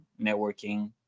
networking